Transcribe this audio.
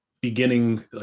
beginning